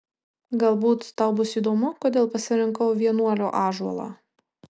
galbūt tau bus įdomu kodėl pasirinkau vienuolio ąžuolą